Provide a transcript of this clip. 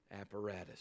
apparatus